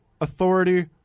authority